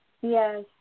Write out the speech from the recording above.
Yes